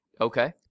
okay